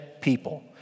people